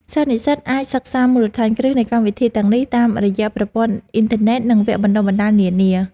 សិស្សនិស្សិតអាចសិក្សាមូលដ្ឋានគ្រឹះនៃកម្មវិធីទាំងនេះតាមរយៈប្រព័ន្ធអ៊ីនធឺណិត និង វគ្គបណ្ដុះបណ្ដាលនានា។